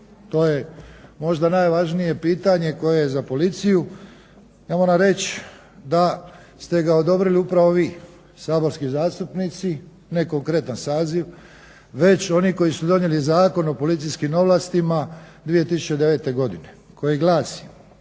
To je možda najvažnije pitanje koje je za policiju. Ja moram reći da ste ga odobrili upravo vi saborski zastupnici, ne konkretan saziv već oni koji su donijeli Zakon o policijskim ovlastima 2009. godine koji glasi,